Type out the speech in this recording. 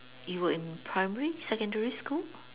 you were in primary secondary school